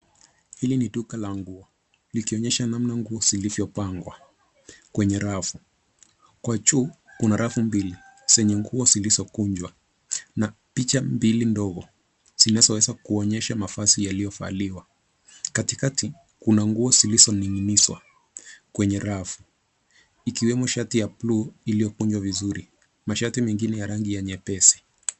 Hili ni duka la nguo likionyesha namna nguo zilivyopangwa kwenye rafu. Kwa juu, kuna rafu mbili zenye nguo zilizokunjwa na picha mbili ndogo zinazoweza kuonyesha mavazi yaliyovaliwa. Katikati kuna nguo zilizoning'inizwa kwenye rafu ikiwemo shati ya buluu iliyokunjwa vizuri. Mashati mengine ya rangi ya nyepesi.